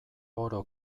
oro